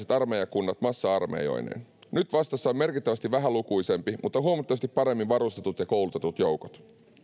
maailmansodan aikaiset armeijakunnat massa armeijoineen nyt vastassa ovat merkittävästi vähälukuisemmat mutta huomattavasti paremmin varustetut ja koulutetut joukot